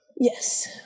Yes